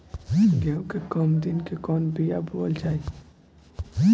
गेहूं के कम दिन के कवन बीआ बोअल जाई?